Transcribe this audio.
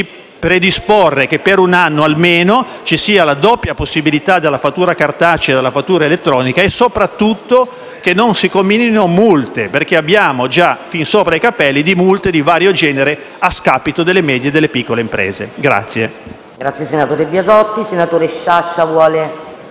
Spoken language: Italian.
di predisporre che per un anno ci sia la doppia possibilità della fattura cartacea ed elettronica, e soprattutto che non si comminino multe, perché ne abbiamo già fin sopra i capelli di multe di vario genere a scapito delle medie e piccole imprese.